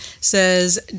says